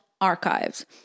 Archives